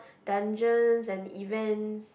dungeons and events